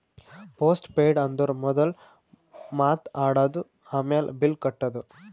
post paid ಅಂದುರ್ ಮೊದುಲ್ ಮಾತ್ ಆಡದು, ಆಮ್ಯಾಲ್ ಬಿಲ್ ಕಟ್ಟದು